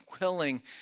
willing